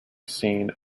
scene